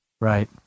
Right